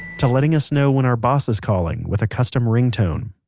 to letting us know when our boss is calling with a custom ringtone